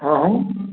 अं हऊँ